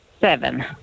Seven